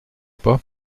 pas